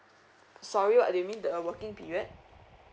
sorry what do you mean the working period